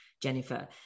Jennifer